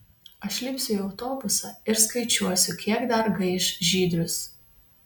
aš lipsiu į autobusą ir skaičiuosiu kiek dar gaiš žydrius